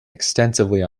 extensively